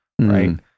right